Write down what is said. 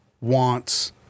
wants—